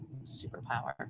superpower